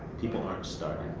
people aren't starting.